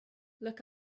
look